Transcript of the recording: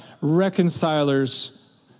reconcilers